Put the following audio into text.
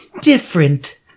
Different